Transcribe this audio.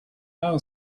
how